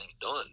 done